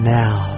now